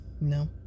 No